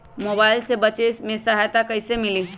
Mobile से बेचे में सहायता कईसे मिली?